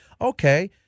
okay